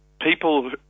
people